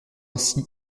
ainsi